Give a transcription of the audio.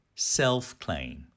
self-claim